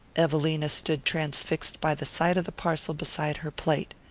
evelina stood transfixed by the sight of the parcel beside her plate.